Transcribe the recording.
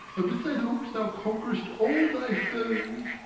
and with thy looks thou conquerest all thy foes.